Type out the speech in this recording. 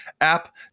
app